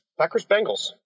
Packers-Bengals